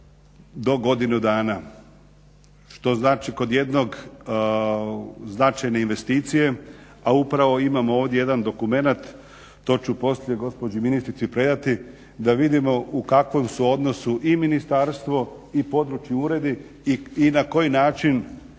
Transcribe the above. do godinu dana, što znači kod jednog značajne investicije, a upravo imamo ovdje jedan dokumenat, to ću poslije gospođi ministrici predati da vidimo u kakvom su odnosu i ministarstvo i područni uredi i na koji način